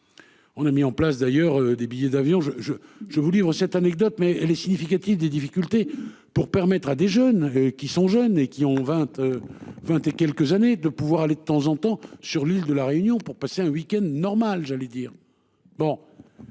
On a mis en place d'ailleurs des billets d'avion je je je vous livrent cette anecdote mais elle est significative des difficultés pour permettre à des jeunes qui sont jeunes et qui ont 20. 20 et quelques années de pouvoir aller de temps en temps sur l'île de la Réunion pour passer un week-end normal j'allais dire